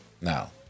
now